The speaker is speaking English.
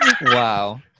Wow